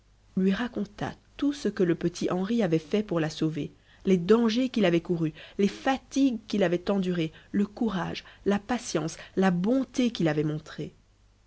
lui raconta tout ce que le petit henri avait fait pour la sauver les dangers qu'il avait courus les fatigues qu'il avait endurées le courage la patience la bonté qu'il avait montrés